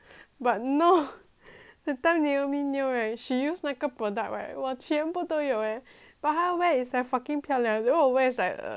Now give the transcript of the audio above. that time naomi neo right she use 那个 product right 我全部都有 eh but 她 wear is like fucking 漂亮 then 我 wear is like err always like err